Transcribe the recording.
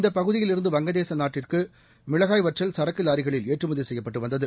இந்த பகுதியில் இருந்து வங்கதேச நாட்டிற்கு மிளகாய் வற்றல் சரக்கு லாரிகளில் ஏற்றுமதி செய்யப்பட்டு வந்தது